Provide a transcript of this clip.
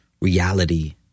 reality